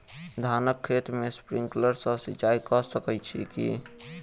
धानक खेत मे स्प्रिंकलर सँ सिंचाईं कऽ सकैत छी की?